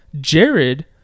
Jared